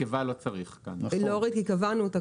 לא צריך את זה, כי קבענו את זה